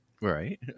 Right